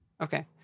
Okay